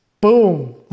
Boom